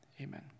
Amen